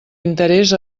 interès